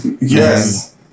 Yes